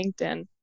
LinkedIn